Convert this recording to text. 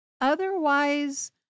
otherwise